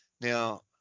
Now